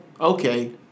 Okay